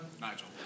Nigel